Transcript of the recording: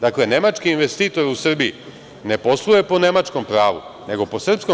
Dakle, nemački investitor u Srbiji ne posluje po nemačkom pravu, nego po srpskom.